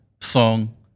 song